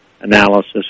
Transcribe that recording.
analysis